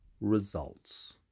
results